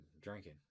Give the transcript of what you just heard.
drinking